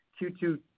Q2